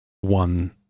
one